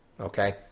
Okay